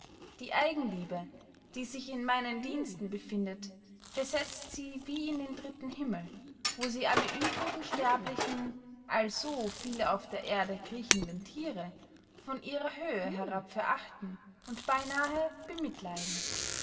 die eigenliebe die sich in meinen diensten befindet versetzt sie wie in den dritten himmel wo sie alle übrigen sterblichen als so viele auf der erden kriechende thiere von ihrer höhe herab verachten und beynahe bemitleiden